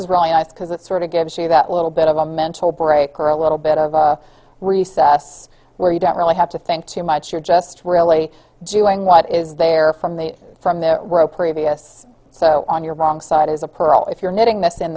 is really nice because it sort of gives you that little bit of a mental break or a little bit of a recess where you don't really have to think too much you're just really doing what is there from the from the previous so on your wrong side is a pearl if you're knitting this in